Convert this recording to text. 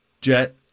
jet